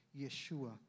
Yeshua